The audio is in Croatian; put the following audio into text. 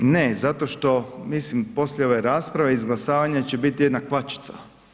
Ne, zato što, mislim poslije ove rasprave i izglasavanja će biti jedna kvačica.